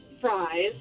fries